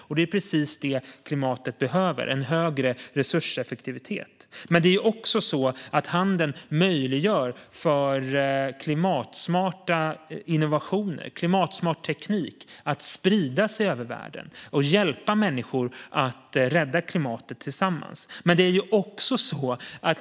Och det är precis detta, alltså en högre resurseffektivitet, som klimatet behöver. Handeln möjliggör också för klimatsmarta innovationer och klimatsmart teknik att sprida sig över världen och hjälpa människor att rädda klimatet tillsammans.